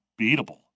beatable